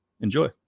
enjoy